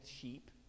sheep